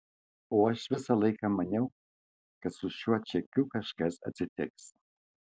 o aš visą laiką maniau kad su šiuo čekiu kažkas atsitiks